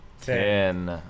Ten